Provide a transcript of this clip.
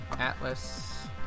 Atlas